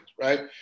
right